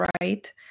right